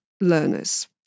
learners